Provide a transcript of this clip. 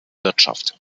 wirtschaft